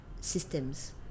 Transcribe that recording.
systems